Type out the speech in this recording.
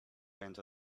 into